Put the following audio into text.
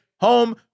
home